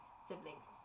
Siblings